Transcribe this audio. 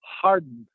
hardened